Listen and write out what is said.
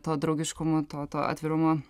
to draugiškumo to to atvirumo